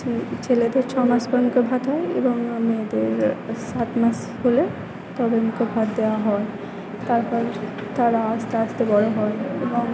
ছেলেদের ছমাস পর মুখে ভাত হয় এবং মেয়েদের সাত মাস হলে তবে মুকে ভাত দেওয়া হয় তারপর তারা আস্তে আস্তে বড়ো হয় এবং